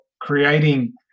creating